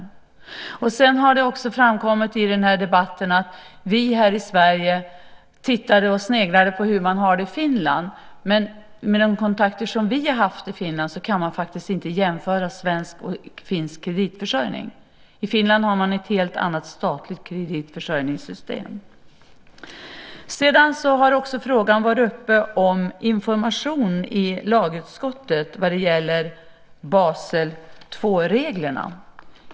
I debatten har det också framkommit att vi här i Sverige tittar och sneglar på hur man har det i Finland. Men enligt de kontakter som vi har haft i Finland kan man inte jämföra svensk och finsk kreditförsörjning. I Finland har man ett helt annat statligt kreditförsörjningssystem. Frågan om information i lagutskottet vad gäller Basel 2-reglerna har också varit uppe.